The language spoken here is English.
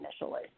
initially